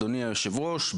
אדוני היושב הראש,